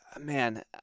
Man